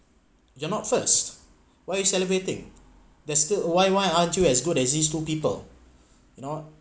you are not first why you celebrating there's still why why aren't you as good as these two people you know